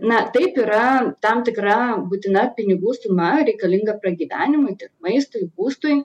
na taip yra tam tikra būtina pinigų suma reikalinga pragyvenimui tiek maistui būstui